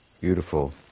beautiful